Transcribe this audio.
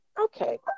Okay